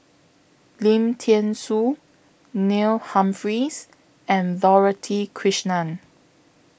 Lim Thean Soo Neil Humphreys and Dorothy Krishnan